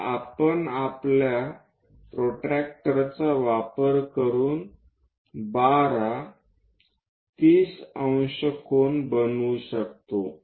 तर आपण आपल्या प्रोटेक्टरचा वापर करून 12 30° कोन बनवू शकतो